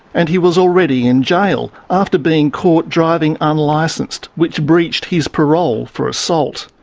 and he was already in jail after being caught driving unlicensed, which breached his parole for assault.